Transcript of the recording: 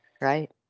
right